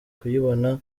kuyibona